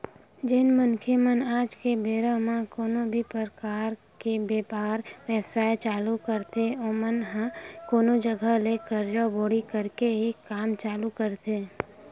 जेन मनखे मन आज के बेरा म कोनो भी परकार के बेपार बेवसाय चालू करथे ओमन ह कोनो जघा ले करजा बोड़ी करके ही काम चालू करथे